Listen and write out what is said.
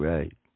Right